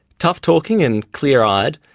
tough-talking and clear-eyed,